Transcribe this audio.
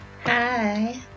Hi